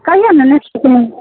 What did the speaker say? कहियौ ने नहि छथिन